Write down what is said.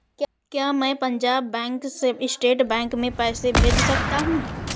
क्या मैं पंजाब बैंक से स्टेट बैंक में पैसे भेज सकता हूँ?